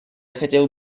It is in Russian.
хотел